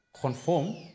conform